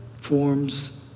forms